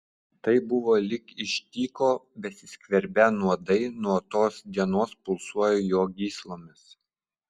tai buvo lyg iš tyko besiskverbią nuodai nuo tos dienos pulsuoją jo gyslomis